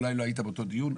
אולי לא היית באותו דיון,